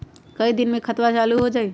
कई दिन मे खतबा चालु हो जाई?